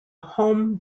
home